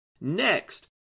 Next